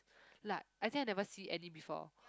like I think I never see any before